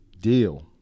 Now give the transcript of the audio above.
Deal